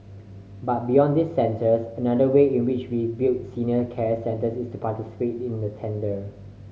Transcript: but beyond these centres another way in which we build senior care centres is to participate in a tender